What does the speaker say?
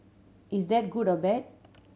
is that good or bad